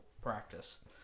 practice